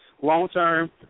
long-term